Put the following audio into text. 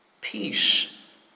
Peace